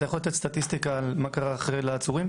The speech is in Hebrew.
אתה יכול לתת סטטיסטיקה על מה שקרה לאחר מכן לעצורים?